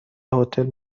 هتل